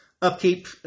Upkeep